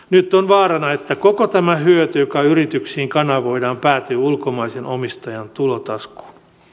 nyt on vaarana että koko tämä hyöty joka yrityksiin kanavoidaan päätyy ulkomaisen omistajan tulotaskuun